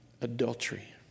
adultery